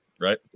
Right